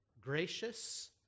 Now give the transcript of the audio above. Gracious